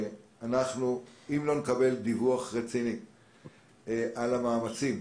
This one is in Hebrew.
אם לא נקבל דיווח רציני על המאמצים,